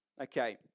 Okay